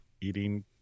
eating